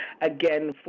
again